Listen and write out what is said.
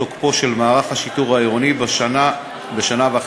תוקפו של מערך השיטור העירוני בשנה וחצי.